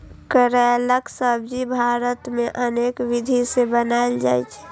करैलाक सब्जी भारत मे अनेक विधि सं बनाएल जाइ छै